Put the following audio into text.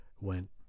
went